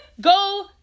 go